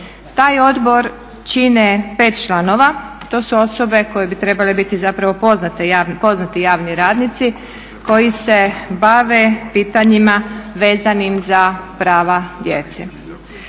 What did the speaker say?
Taj odbor čine pet članova, to su osobe koje bi trebale biti poznati javni radnici koji se bave pitanjima vezanim za prava djece.